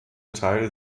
teil